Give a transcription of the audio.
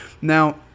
Now